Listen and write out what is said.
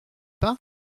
pas